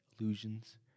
illusions